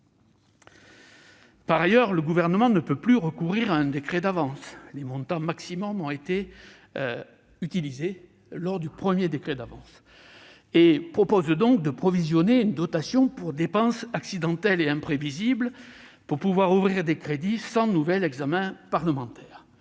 Par ailleurs, le Gouvernement ne peut plus recourir à un décret d'avance, puisque les montants maximaux ont été utilisés par celui du 19 mai. Il propose donc de provisionner une dotation pour dépenses accidentelles et imprévisibles pour pouvoir ouvrir des crédits sans nouvel examen parlementaire.